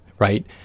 right